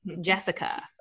Jessica